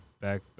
back